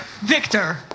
Victor